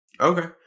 Okay